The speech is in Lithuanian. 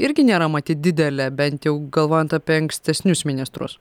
irgi nėra matyt didelė bent jau galvojant apie ankstesnius ministrus